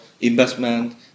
investment